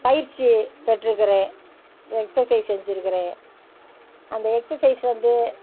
பயிற்சி பெற்றிருக்கிறேன் எக்ஸசைஸ் செஞ்சிருக்கிறேன் அந்த எக்ஸசைஸ் வந்து